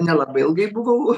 nelabai ilgai buvau